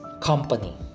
Company